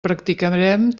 practicarem